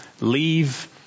leave